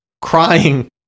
crying